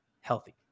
healthy